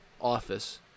office